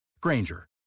Granger